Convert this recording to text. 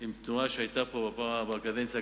עם תנועה שהיתה פה בקדנציה הקודמת,